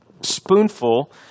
spoonful